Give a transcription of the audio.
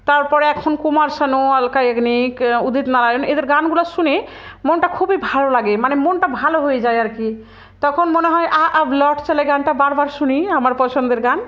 তারপরে এখন কুমার সানু আলকা ইয়াগনিক উদিত নারায়ণ এদের গানগুলো শুনে মনটা খুবই ভালো লাগে মানে মনটা ভালো হয়ে যায় আর কি তখন মনে হয় আ আ লট চলে গানটা বারবার শুনি আমার পছন্দের গান